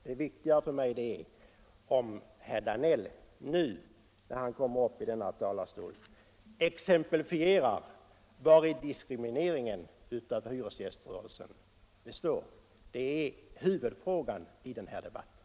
Det viktiga för mig är om herr Danell nu, när han kommer upp i denna talarstol, kan exemplifiera vari hyresgäströrelsens diskriminering består. Det är huvudfrågan i den här debatten.